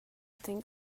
think